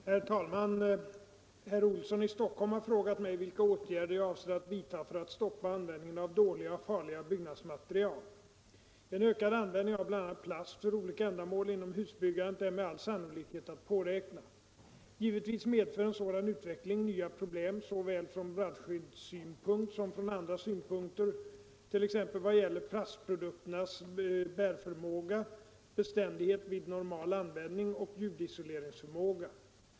Herr talman! Herr Olsson i Stockholm har frågat mig vilka åtgärder jag avser att vidta för att stoppa användningen av dåliga och farliga byggnadsmaterial. En ökad användning av bl.a. plast för olika ändamål inom husbyggandet är med all sannolikhet att påräkna. Givetvis medför en sådan utveckling nya problem såväl från brandskyddssynpunkt som från andra synpunkter, t.ex. vad gäller plastprodukternas bärförmåga, beständighet vid normal användning och ljudisoleringsförmåga.